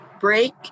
break